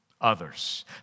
others